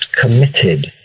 committed